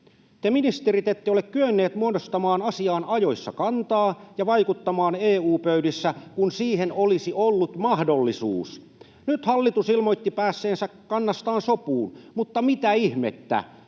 Te, ministerit, ette ole kyenneet muodostamaan asiaan ajoissa kantaa ja vaikuttamaan EU-pöydissä, kun siihen olisi ollut mahdollisuus. Nyt hallitus ilmoitti päässeensä kannastaan sopuun, mutta mitä ihmettä: